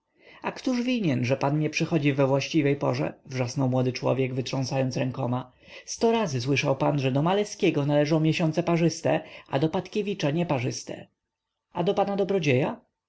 a któż winien że pan nie przychodzi we właściwej porze wrzasnął młody człowiek wytrząsając rękoma sto razy słyszałeś pan że do maleskiego należą miesiące parzyste a do patkiewicza nieparzyste a do pana